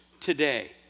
today